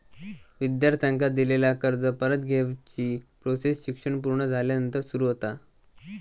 विद्यार्थ्यांका दिलेला कर्ज परत घेवची प्रोसेस शिक्षण पुर्ण झाल्यानंतर सुरू होता